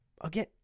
again